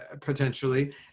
potentially